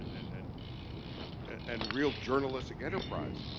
and and and real journalistic enterprise,